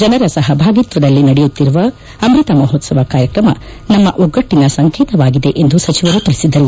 ಜನರ ಸಹಭಾಗಿತ್ವದಲ್ಲಿ ನಡೆಯುತ್ತಿರುವ ಅಮ್ಖತ ಮಹೋತ್ವವ ಕಾರ್ಯಕ್ರಮ ನಮ್ಖ ಒಗ್ಗಟ್ಟಿನ ಸಂಕೇತವಾಗಿದೆ ಎಂದು ಸಚಿವರು ತಿಳಿಸಿದರು